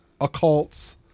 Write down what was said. occults